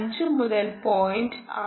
5 മുതൽ 0